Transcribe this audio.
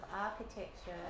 architecture